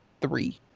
three